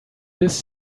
this